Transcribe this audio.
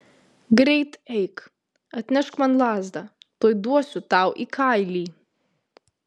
greit eik atnešk man lazdą tuoj duosiu tau į kailį